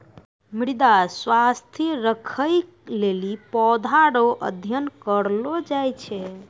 मृदा स्वास्थ्य राखै लेली पौधा रो अध्ययन करलो जाय छै